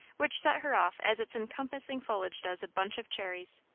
which set her off as its encompassing foliage does a bunch of cherries.